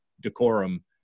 decorum